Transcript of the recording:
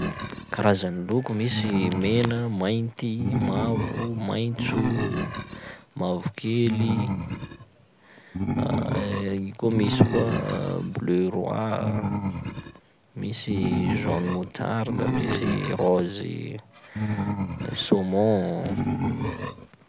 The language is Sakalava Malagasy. Karazan'ny loko misy: mena, mainty, mavo, maitso, mavokely, i koa misy koa bleu roi, misy jaune moutarde, misy rose i saumon.